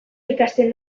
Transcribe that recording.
ikasten